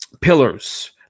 pillars